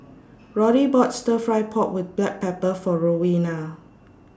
Roddy bought Stir Fry Pork with Black Pepper For Rowena